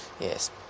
Yes